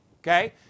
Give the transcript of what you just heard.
okay